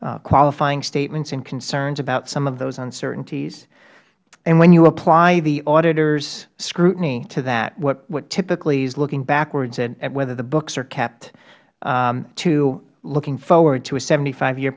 qualifying statements and concerns about some of those uncertainties and when you apply the auditors scrutiny to that what typically is looking backwards at whether the books are kept to looking forward to a seventy five year